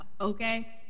okay